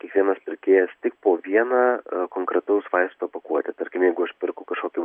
kiekvienas pirkėjas tik po vieną konkretaus vaisto pakuotę tarkim jeigu aš perku kažkokį